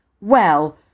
Well